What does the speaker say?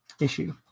issue